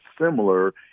similar